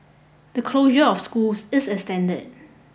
the closure of schools is extended